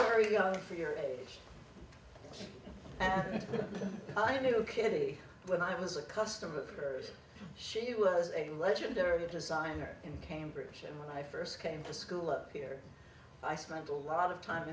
very young for your age and i know kitty when i was a customer service she was a legendary a designer in cambridge and when i first came to school up here i spent a lot of time